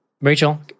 Rachel